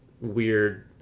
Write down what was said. weird